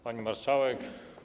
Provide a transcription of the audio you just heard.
Pani Marszałek!